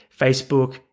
Facebook